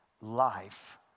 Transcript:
life